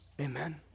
Amen